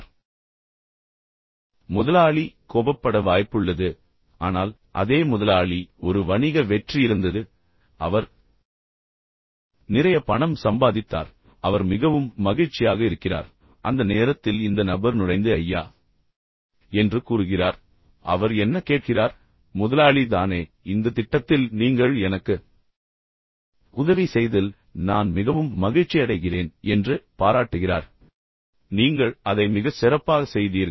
எனவே முதலாளி கோபப்பட வாய்ப்புள்ளது ஆனால் அதே முதலாளி ஒரு வணிக வெற்றி இருந்தது பின்னர் அவர் நிறைய பணம் சம்பாதித்தார் பின்னர் அவர் மிகவும் மகிழ்ச்சியாக இருக்கிறார் அந்த நேரத்தில் இந்த நபர் நுழைந்து ஐயா என்று கூறுகிறார் பின்னர் அவர் என்ன கேட்கிறார் பின்னர் முதலாளி தானே இந்த திட்டத்தில் நீங்கள் எனக்கு உதவி செய்ததில் நான் மிகவும் மகிழ்ச்சியடைகிறேன் என்று பாராட்டுகிறார் பின்னர் நீங்கள் அதை மிகச் சிறப்பாகச் செய்தீர்கள்